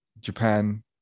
Japan